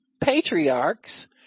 patriarchs